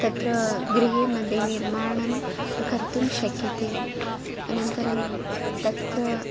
तत्र गृहे मध्ये निर्माणं कर्तुं शक्यते अनन्तरं तत्र तत्र